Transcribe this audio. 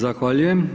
Zahvaljujem.